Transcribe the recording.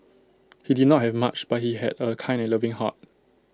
he did not have much but he had A kind and loving heart